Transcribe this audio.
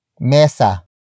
Mesa